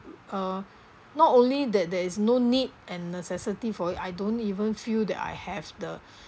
uh not only that there is no need and necessity for it I don't even feel that I have the